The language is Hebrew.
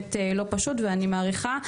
באמת לא פשוט, ואני מעריכה.